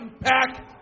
pack